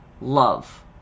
love